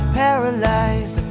paralyzed